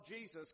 Jesus